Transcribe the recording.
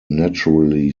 naturally